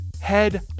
head